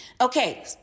Okay